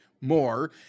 more